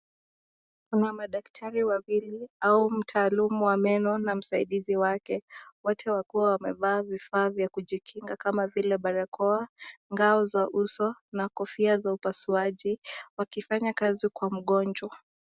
Kuna madaktari wawili au mtaalamu wa meno na msaidizi wake. Wote wakiwa wamevaa vifaa vya kujikinga kama vile barakoa, ngao za uso na kofia za upasuaji wakifanya kazi kwa mgonjwa.